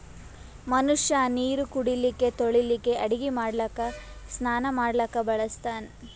ಮನಷ್ಯಾ ನೀರು ಕುಡಿಲಿಕ್ಕ ತೊಳಿಲಿಕ್ಕ ಅಡಗಿ ಮಾಡ್ಲಕ್ಕ ಸ್ನಾನಾ ಮಾಡ್ಲಕ್ಕ ಬಳಸ್ತಾನ್